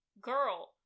girl